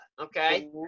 okay